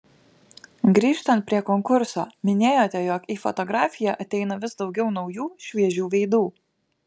grįžtant prie konkurso minėjote jog į fotografiją ateina vis daugiau naujų šviežių veidų